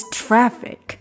traffic